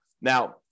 Now